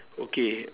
okay